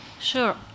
Sure